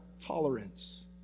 tolerance